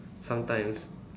sometimes